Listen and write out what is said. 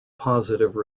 positive